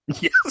Yes